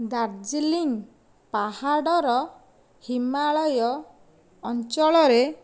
ଦାର୍ଜିଲିଂ ପାହାଡର ହିମାଳୟ ଅଞ୍ଚଳରେ